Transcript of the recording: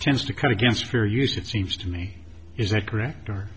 tends to cut against fair use it seems to me is that correct or